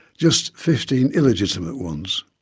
just fifteen illegitimate ones.